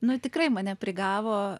nu tikrai mane prigavo